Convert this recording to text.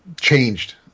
changed